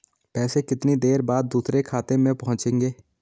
पैसे कितनी देर बाद दूसरे खाते में पहुंचेंगे?